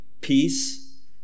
peace